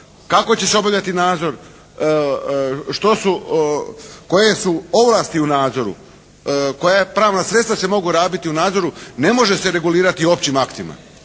Kako će se obavljati nadzor? Što su, koje su ovlasti u nadzoru? Koja pravna sredstva se mogu rabiti u nadzoru? Ne može se regulirati općim aktima,